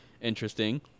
interesting